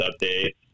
update